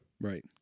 Right